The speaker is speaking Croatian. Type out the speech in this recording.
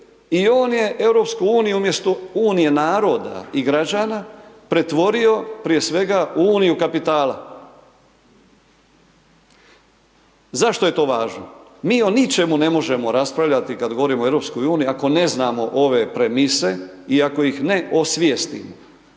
i on je EU umjesto Unije naroda i građana, pretvorio prije svega u uniju kapitala. Zašto je to važno? Mi o ničemu ne možemo raspravljati kada govorimo o EU, ako ne znam ove premise i ako ih ne osvijestim.